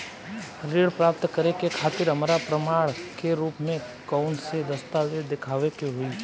ऋण प्राप्त करे के खातिर हमरा प्रमाण के रूप में कउन से दस्तावेज़ दिखावे के होइ?